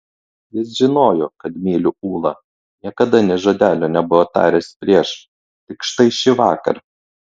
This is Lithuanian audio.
jis žinojo kad myliu ulą niekada nė žodelio nebuvo taręs prieš tik štai šįvakar